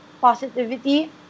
positivity